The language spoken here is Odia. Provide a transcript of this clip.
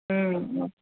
ହୁଁ